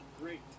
Great